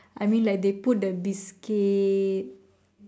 I mean like they put the biscuit